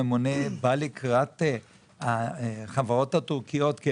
הממונה בא לקראת החברות הטורקיות כי,